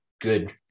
good